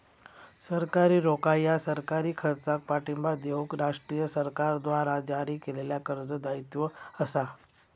सरकारी रोखा ह्या सरकारी खर्चाक पाठिंबा देऊक राष्ट्रीय सरकारद्वारा जारी केलेल्या कर्ज दायित्व असा